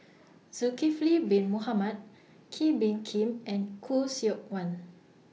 Zulkifli Bin Mohamed Kee Bee Khim and Khoo Seok Wan